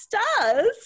stars